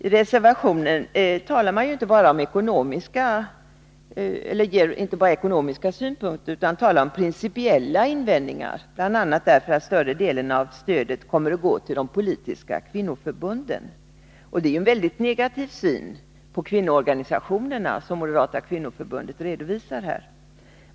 I reservationen tar man inte bara upp ekonomiska synpunkter utan talar också om principiella invändningar, bl.a. därför att större delen av stödet kommer att gå till de politiska kvinnoförbunden. Det är en mycket negativ syn på dessa kvinnoorganisationer som redovisas här.